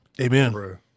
Amen